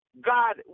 God